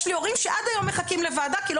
יש לי הורים שעד היום מחכים לוועדה כי לא